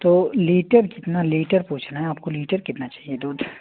तो लीटर कितना लीटर पूछ रहे हैं आपको लीटर कितना चाहिए दूध